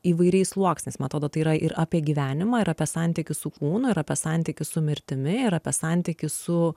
įvairiais sluoksniais man atrodo tai yra ir apie gyvenimą ir apie santykį su kūnu ir apie santykį su mirtimi ir apie santykį su